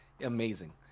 amazing